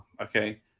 okay